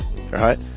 right